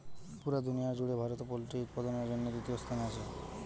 পুরা দুনিয়ার জুড়ে ভারত পোল্ট্রি উৎপাদনের জন্যে তৃতীয় স্থানে আছে